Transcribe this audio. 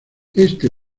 este